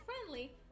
friendly